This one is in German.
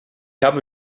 habe